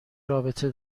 رابطه